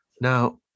Now